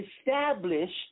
established